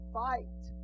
fight